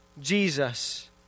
Jesus